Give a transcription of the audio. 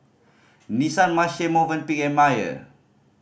Nissan Marche Movenpick Mayer